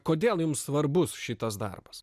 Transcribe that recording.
kodėl jums svarbus šitas darbas